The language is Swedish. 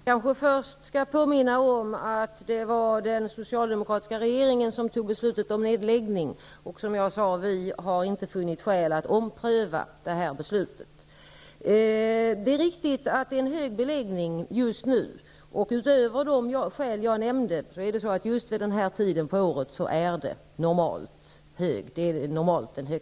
Fru talman! Jag vill först påminna om att det var den socialdemokratiska regeringen som fattade beslutet om nedläggning. Som jag sade har vi inte funnit skäl att ompröva beslutet. Det är riktigt att det just nu finns en hög beläggning. Utöver de skäl jag nämnde inträffar den högsta beläggningen normalt vid den